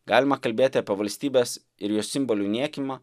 galima kalbėt apie valstybės ir jos simbolių niekinimą